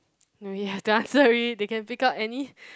no you have to answer it they can pick up any